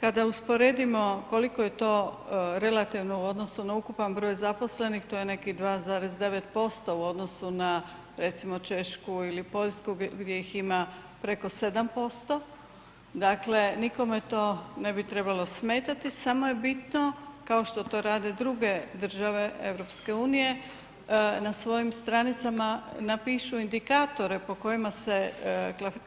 Kada usporedimo koliko je to relativno u odnosu na ukupan broj zaposlenih, to je nekih 2,9% u odnosu na recimo Češku ili Poljsku gdje ih ima preko 7%, dakle nikome to ne bi trebalo smetati, samo je bitno kao što to rade druge države EU-a, na svojim stranicama napišu indikatore po kojima se